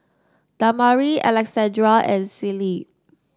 Damari Alexandria and Celie